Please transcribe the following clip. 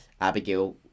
Abigail